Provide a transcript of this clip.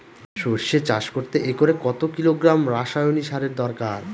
সরষে চাষ করতে একরে কত কিলোগ্রাম রাসায়নি সারের দরকার?